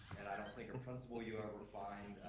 and i don't think a prince will you ever find,